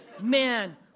Man